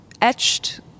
etched